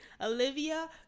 Olivia